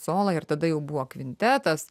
solo ir tada jau buvo kvintetas